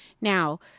Now